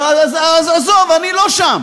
אז עזוב, אני לא שם.